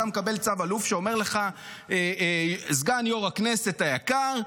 כשאתה מקבל צו אלוף שאומר לך: סגן יו"ר הכנסת היקר,